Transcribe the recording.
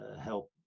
help